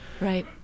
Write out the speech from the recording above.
Right